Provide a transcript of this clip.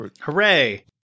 Hooray